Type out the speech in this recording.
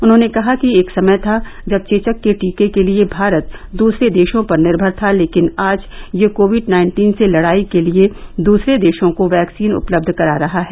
उन्होंने कहा कि एक समय था जब चेचक के टीके के लिए भारत दूसरे देशों पर निर्मर था लेकिन आज यह कोविड नाइन्टीन से लड़ाई के लिए दुसरे देशों को वैक्सीन उपलब्ध करा रहा है